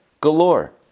Galore